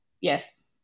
Yes